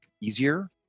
easier